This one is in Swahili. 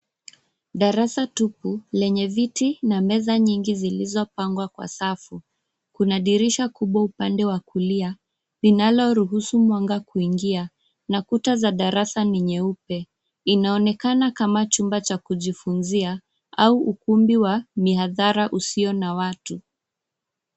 Darasa tupu lenye viti na meza nyingi zilizopangwa kwa safu. Kuna dirisha kubwa upande wa kulia linaloruhusu mwanga kuingia na kuta za darasa ni nyeupe. Inaonekana kama chumba cha kujifunzia au ukumbi wa mihadhara usio na watu.